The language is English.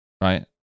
Right